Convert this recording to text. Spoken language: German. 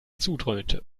zudröhnte